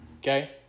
Okay